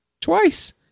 Twice